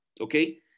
okay